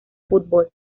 fútbol